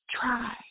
try